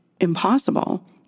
impossible